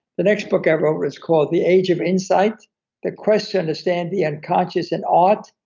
the next book i wrote was called the age of insight the quest to understand the unconscious in art,